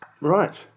Right